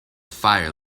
fire